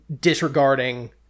disregarding